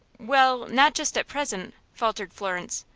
well, not just at present, faltered florence.